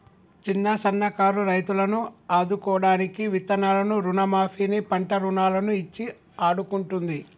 చిన్న సన్న కారు రైతులను ఆదుకోడానికి విత్తనాలను రుణ మాఫీ ని, పంట రుణాలను ఇచ్చి ఆడుకుంటుంది